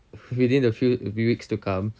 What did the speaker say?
within a few weeks to come